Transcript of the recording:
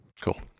Cool